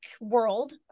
world